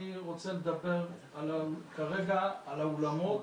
אני רוצה לדבר כרגע על האולמות,